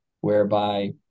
whereby